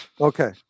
Okay